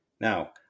Now